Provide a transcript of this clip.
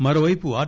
మరోపైపు ఆర్